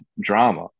drama